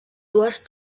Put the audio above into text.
dues